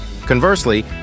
Conversely